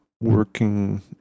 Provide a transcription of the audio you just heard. working